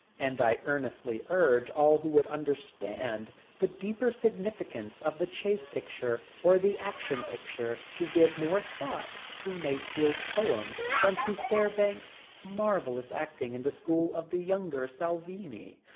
and i earnestly urge all who would understand the deeper significance of the chase-picture or the action picture to give more thought to masefield's poem than to fairbanks' marvellous acting in the school of the younger salvini.